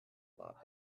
lot